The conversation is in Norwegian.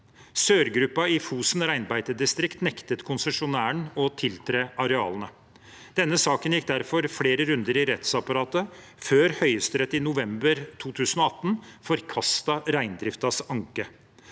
Sør-gruppen i Fosen reinbeitedistrikt nektet konsesjonæren å tiltre arealene. Denne saken gikk derfor flere runder i rettsapparatet før Høyesterett i november 2018 forkastet reindriftens anke.